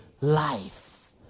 life